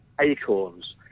Acorns